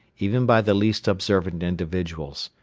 even by the least observant individuals.